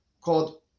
called